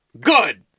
Good